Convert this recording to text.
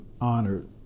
honored